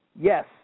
Yes